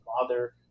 father